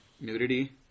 nudity